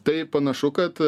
tai panašu kad